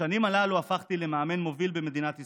בשנים הללו הפכתי למאמן מוביל במדינת ישראל,